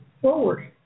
forward